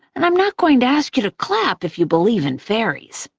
and i'm not going to ask you to clap if you believe in fairies,